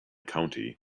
county